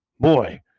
Boy